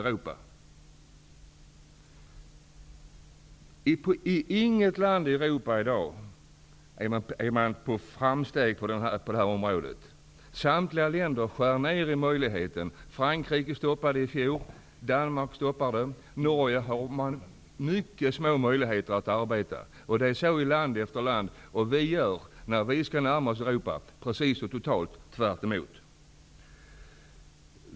Det finns inget land i Europa som gör framsteg på det här området. Samtliga länder skär ner på dessa möjligheter. Frankrike, Danmark har stoppat möjligheterna att arbeta under utredningstiden, och i Norge är möjligheterna mycket små. Så gör man i land efter land. När vi skall närma oss Europa gör vi precis tvärtemot.